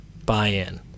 buy-in